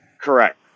correct